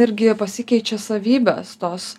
irgi pasikeičia savybės tos